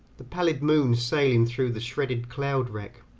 the pallid moon sailing through the shredded cloud-rack,